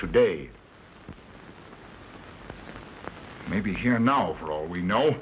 today may be here now for all we know